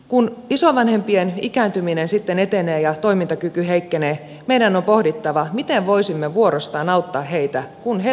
kun isovanhempien ikääntyminen sitten etenee ja toimintakyky heikkenee meidän on pohdittava miten voisimme vuorostaan auttaa heitä kun he tarvitsevat apua